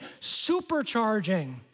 supercharging